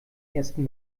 ersten